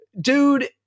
Dude